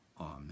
Amen